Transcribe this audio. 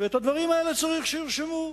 והדברים האלה צריך שיירשמו.